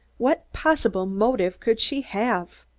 what possible motive could she have?